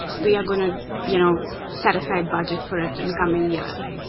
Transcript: we are going to you know set aside budget for it in the coming years,